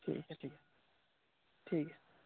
ᱴᱷᱤᱠ ᱜᱮᱭᱟ ᱴᱷᱤᱠ ᱜᱮᱭᱟ ᱴᱷᱤᱠ ᱜᱮᱭᱟ